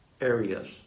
areas